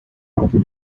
after